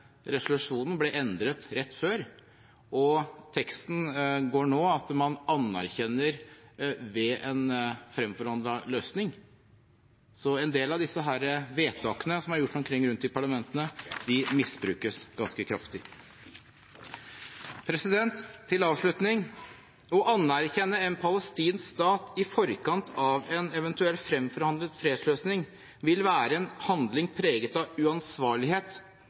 resolusjonen ble endret rett før, og teksten går nå på at man anerkjenner ved en fremforhandlet løsning. Så en del av disse vedtakene som er gjort rundt omkring i parlamentene, misbrukes ganske kraftig. Som avslutning: Å anerkjenne en palestinsk stat i forkant av en eventuell fremforhandlet fredsløsning vil være en handling preget av uansvarlighet,